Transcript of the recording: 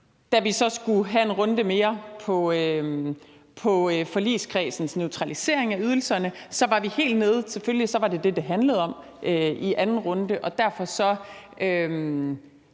Da vi så skulle have en runde mere på forligskredsens neutralisering af ydelserne, var vi helt nede i det, som det selvfølgelig handlede om, i anden runde,